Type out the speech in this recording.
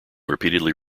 repeatedly